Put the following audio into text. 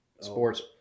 Sports